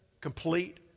complete